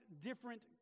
different